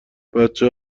بچه